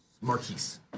Marquise